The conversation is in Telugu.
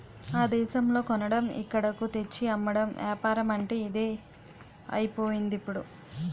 ఆ దేశంలో కొనడం ఇక్కడకు తెచ్చి అమ్మడం ఏపారమంటే ఇదే అయిపోయిందిప్పుడు